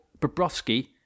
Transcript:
Bobrovsky